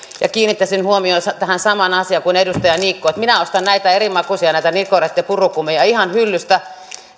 kiinnittäisin huomiota tähän samaan asiaan kuin edustaja niikko että minä ostan näitä eri makuisia nicorette purukumeja ihan hyllystä